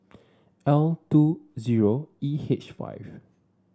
L two zero E H five